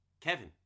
Kevin